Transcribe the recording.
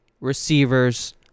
receivers